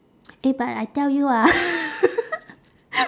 eh but I tell you ah